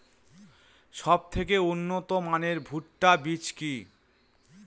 সবথেকে উন্নত মানের ভুট্টা বীজ কি?